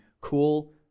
cool